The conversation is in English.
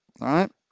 right